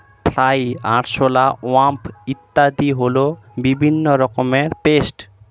fly, আরশোলা, wasp ইত্যাদি হল বিভিন্ন রকমের পেস্ট